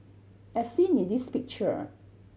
as seen in this picture